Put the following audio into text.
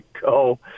go